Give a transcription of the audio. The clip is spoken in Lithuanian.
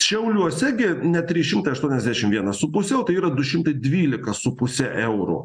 šiauliuose gi ne trys šimtai aštuoniasdešim vienas su puse o tai yra du šimtai dvylika su puse eurų